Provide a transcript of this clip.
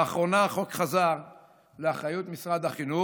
לאחרונה החוק חזר לאחריות משרד החינוך,